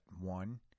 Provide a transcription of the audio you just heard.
one